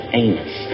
anus